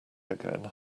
again